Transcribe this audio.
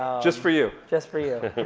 just for you. just for you.